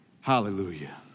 Hallelujah